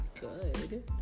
good